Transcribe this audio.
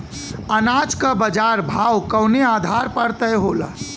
अनाज क बाजार भाव कवने आधार पर तय होला?